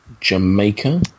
Jamaica